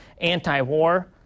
anti-war